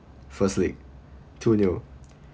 first league two nil